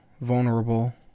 vulnerable